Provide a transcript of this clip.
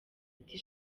ati